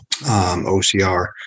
OCR